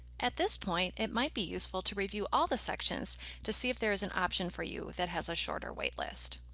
at this point, it might be useful to review all the sections to see if there is an option for you that has a shorter waitlist.